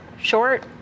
short